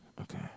Okay